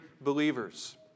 believers